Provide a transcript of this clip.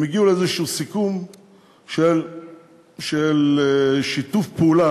הם הגיעו לאיזה סיכום של שיתוף פעולה,